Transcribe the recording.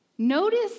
Notice